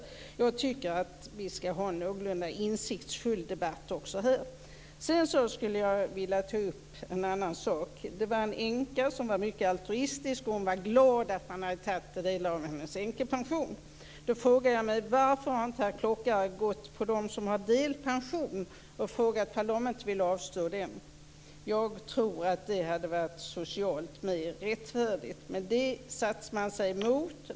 Jag tycker att vi skall ha en någorlunda insiktsfull debatt. Jag vill ta upp en annan sak. Det fanns en altruistisk änka, och hon var glad för att en del av hennes änkepension hade tagits bort. Varför har inte herr Klockare gått på dem som har delpension och frågat om de vill avstå den? Jag tror att det hade varit socialt mer rättfärdigt. Men det satte man sig emot.